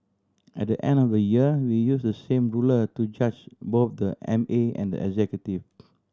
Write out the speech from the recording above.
at the end of the year we use the same ruler to judge both the M A and the executive